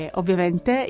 ovviamente